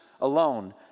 alone